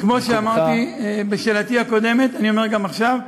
כמו שאמרתי בתשובתי הקודמת, אני אומר גם עכשיו: